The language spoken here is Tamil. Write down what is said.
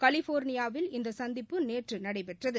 கலிபோர்னியாவில் இந்தசந்திப்பு நேற்றுநடைபெற்றது